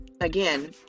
Again